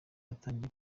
atangiye